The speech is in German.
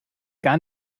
gar